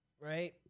right